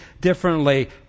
differently